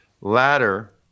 Ladder